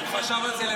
חבר הכנסת מלול.